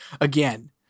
Again